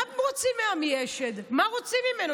מה רוצים מעמי אשד, מה רוצים ממנו?